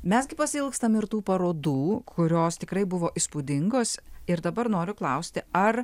mes gi pasiilgstam ir tų parodų kurios tikrai buvo įspūdingos ir dabar noriu klausti ar